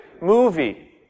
movie